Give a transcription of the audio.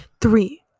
Three